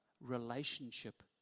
relationship